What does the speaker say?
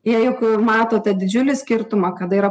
jie juk mato tą didžiulį skirtumą kada yra